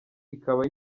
ikaba